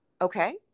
Okay